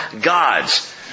gods